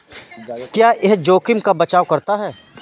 क्या यह जोखिम का बचाओ करता है?